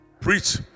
Preach